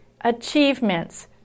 achievements